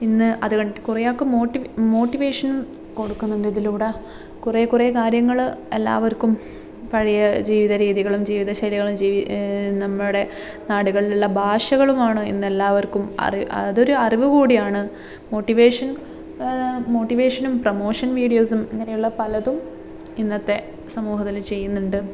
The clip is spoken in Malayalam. ഇന്ന് അത്കണ്ടിട്ട് കുറേ ആൾക്ക് മോട്ടി മോട്ടിവേഷൻ കൊടുക്കുന്നുണ്ട് ഇതിലൂടെ കുറെകുറേ കാര്യങ്ങൾ എല്ലാവർക്കും പഴയ ജീവിത രീതികളും ജീവിത ശൈലികളും ജീവി നമ്മുടെ നാടുകളിലുള്ള ഭാഷകളുമാണ് ഇന്നെല്ലാവർക്കും അറ് അതൊരു അറിവ് കൂടിയാണ് മോട്ടിവേഷൻ മോട്ടിവേഷനും പ്രൊമോഷൻ വീഡിയോസും അങ്ങനെയുള്ള പലതും ഇന്നത്തെ സമൂഹത്തിൽ ചെയ്യുന്നുണ്ട്